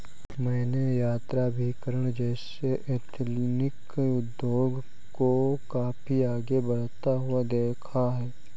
मैंने यात्राभिकरण जैसे एथनिक उद्योग को काफी आगे बढ़ता हुआ देखा है